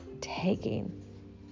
taking